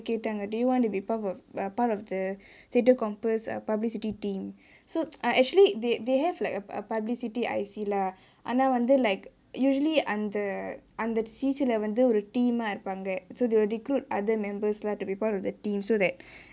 கேட்டாங்கே:kettangae do you want to be part of part of the threatre compass um publicity team so I actually they they have like a a publicity I_C லே ஆனா வந்து:le aana vanthu like usually அந்த அந்த:antha antha C_C லே வந்து:le vanthu oru team ஆ இருப்பாங்கே:aa irupangae so they will recruit other members lah to be part of the team so that